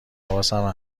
حواسم